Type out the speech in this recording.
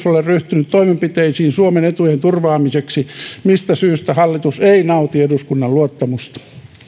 ole ryhtynyt toimenpiteisiin suomen etujen turvaamiseksi mistä syystä hallitus ei nauti eduskunnan luottamusta